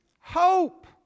hope